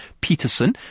Peterson